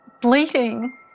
bleeding